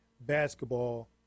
basketball